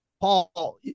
Paul